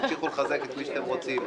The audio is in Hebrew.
תמשיכו לחזק את מי שאתם רוצים.